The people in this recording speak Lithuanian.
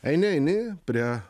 eini eini prie